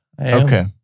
Okay